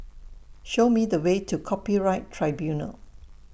Show Me The Way to Copyright Tribunal